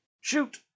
Shoot